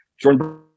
Jordan